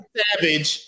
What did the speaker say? savage